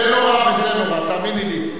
זה נורא וזה נורא, תאמיני לי.